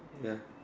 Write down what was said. ya